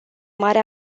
mari